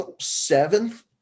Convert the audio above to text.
seventh